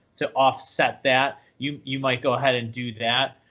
to offset that, you you might go ahead and do that.